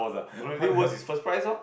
nothing worse is first prize lor